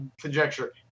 conjecture